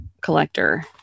collector